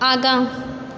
आगाँ